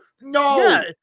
No